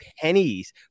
pennies